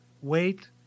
wait